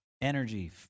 energy